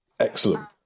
Excellent